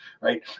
right